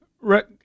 Rick